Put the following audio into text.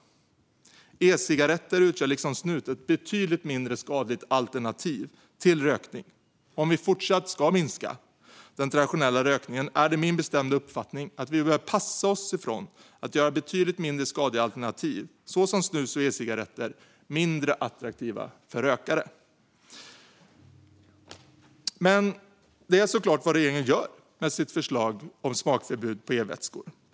E-cigaretter utgör liksom snus ett betydligt mindre skadligt alternativ till rökning. Om vi ska fortsätta minska den traditionella rökningen är det min bestämda uppfattning att vi bör passa oss för att göra betydligt mindre skadliga alternativ, såsom snus och e-cigaretter, mindre attraktiva för rökare. Men det är såklart vad regeringen gör med sitt förslag om smakförbud på e-vätskor.